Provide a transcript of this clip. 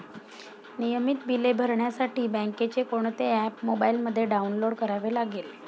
नियमित बिले भरण्यासाठी बँकेचे कोणते ऍप मोबाइलमध्ये डाऊनलोड करावे लागेल?